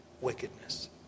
wickedness